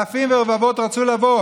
אלפים ורבבות רצו לבוא.